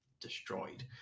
destroyed